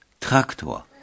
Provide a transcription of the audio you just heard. Traktor